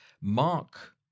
Mark